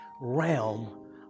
realm